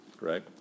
right